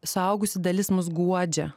suaugusi dalis mus guodžia